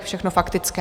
Všechno faktické.